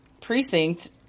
precinct